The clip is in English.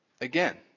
again